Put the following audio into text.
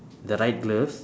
the right gloves